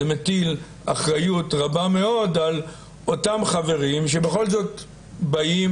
זה מטיל אחריות רבה מאוד על אותם חברים שבכל זאת באים,